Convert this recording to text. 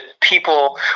people